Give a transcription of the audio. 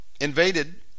invaded